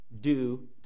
due